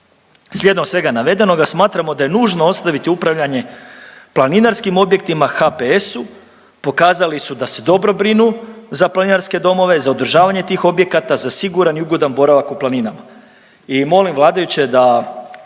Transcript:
Slijedom svega navedenoga smatramo da je nužno ostaviti upravljanje planinarskim objektima HPS-u, pokazali su da se dobro brinu za planinarske domove, za održavanje tih objekata, za siguran i ugodan boravak u planinama